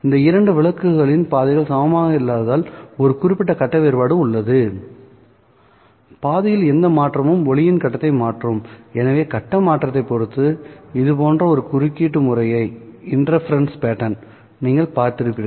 இந்த இரண்டு விளக்குகளின் பாதைகள் சமமாக இல்லாததால் ஒரு குறிப்பிட்ட கட்ட வேறுபாடு உள்ளது பாதையில் எந்த மாற்றமும் ஒளியின் கட்டத்தை மாற்றும் எனவே கட்ட மாற்றத்தைப் பொறுத்து இது போன்ற ஒரு குறுக்கீடு முறையை நீங்கள் பார்த்திருப்பீர்கள்